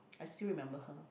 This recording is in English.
I still remember her